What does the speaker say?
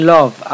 Love